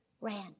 ran